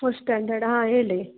first ಸ್ಟ್ಯಾಂಡರ್ಡಾ ಹಾಂ ಹೇಳಿ